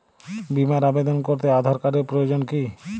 বিমার আবেদন করতে আধার কার্ডের প্রয়োজন কি?